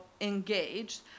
engaged